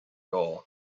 goal